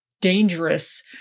dangerous